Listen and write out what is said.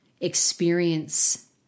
experience